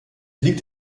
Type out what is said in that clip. liegt